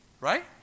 Right